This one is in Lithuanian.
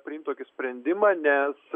priimt tokį sprendimą nes